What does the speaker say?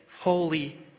holy